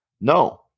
no